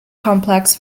complex